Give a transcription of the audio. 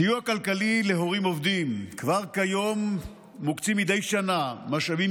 סיוע כלכלי להורים עובדים: כבר כיום מוקצים מדי שנה משאבים